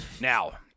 Now